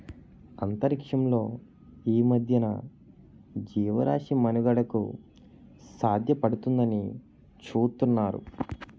అంతరిక్షంలో ఈ మధ్యన జీవరాశి మనుగడకు సాధ్యపడుతుందాని చూతున్నారు